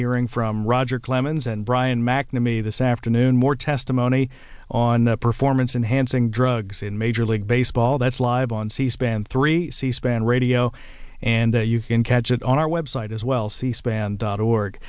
hearing from roger clemens and brian mcnamee this afternoon more testimony on the performance enhancing drugs in major league baseball that's live on c span three c span radio and you can catch it on our web site as well c span dot org